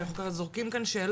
כי אנחנו זורקים כאן שאלות.